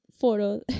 photo